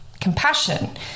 compassion